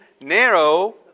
narrow